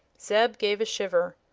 zeb gave a shiver.